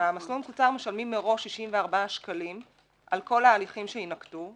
במסלול המקוצר משלמים מראש 64 שקלים על כל ההליכים שיינקטו,